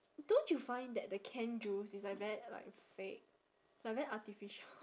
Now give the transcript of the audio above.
don't you find that the canned juice it's like very like fake like very artificial